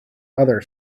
other